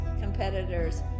competitors